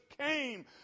came